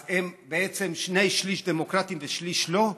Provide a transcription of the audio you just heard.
אז הם בעצם שני שלישים דמוקרטיים ושליש לא?